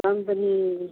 company